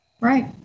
Right